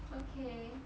okay